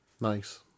Nice